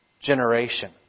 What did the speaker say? generation